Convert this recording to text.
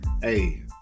Hey